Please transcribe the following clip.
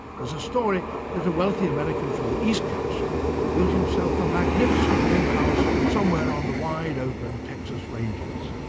there's a story that a wealthy american from the east coast built himself a magnificent new house somewhere on the wide open texas ranges.